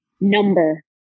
number